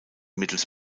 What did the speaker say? mittels